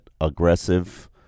aggressive